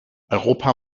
europa